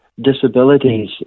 disabilities